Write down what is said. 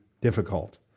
difficult